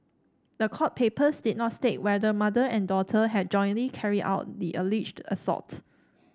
the court papers did not state whether mother and daughter had jointly carried out the alleged assault